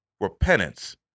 repentance